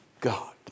God